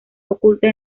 oculta